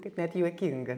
kad net juokinga